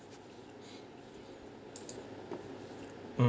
mm